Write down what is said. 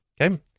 Okay